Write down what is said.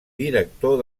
director